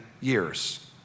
years